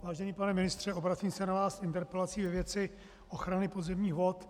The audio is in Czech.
Vážený pane ministře, obracím se na vás s interpelací ve věci ochrany podzemních vod.